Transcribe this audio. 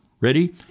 Ready